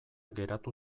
geratu